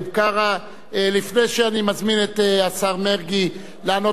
לפני שאני מזמין את השר מרגי לענות בשם הממשלה,